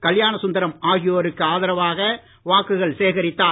கல்யாண சுந்தரம் ஆகியோருக்கு ஆதரவாக வாக்குகள் சேகரித்தார்